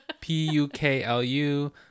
p-u-k-l-u